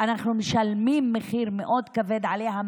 ואנחנו נעשה הפוגה לשאלות